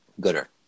Gooder